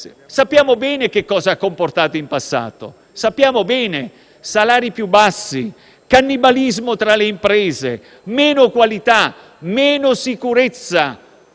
Sappiamo bene che cosa ha comportato in passato: salari più bassi, cannibalismo tra le imprese, meno qualità, meno sicurezza